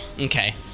Okay